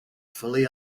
fully